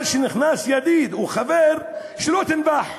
אבל כשנכנס ידיד או חבר, שלא תנבח.